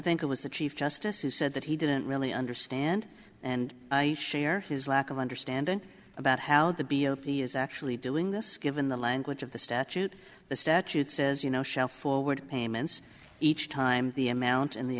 think it was the chief justice who said that he didn't really understand and share his lack of understanding about how the b a p is actually doing this given the language of the statute the statute says you know shall forward payments each time the amount in the